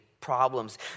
problems